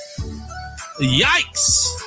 Yikes